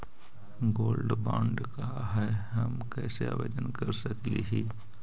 Gold bond का है, हम कैसे आवेदन कर सकली ही?